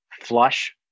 flush